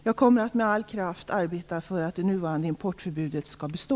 Jag kommer att med all kraft arbeta för att det nuvarande importförbudet skall bestå.